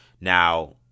Now